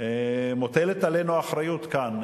מוטלת עלינו האחריות כאן,